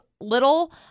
little